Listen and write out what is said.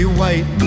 white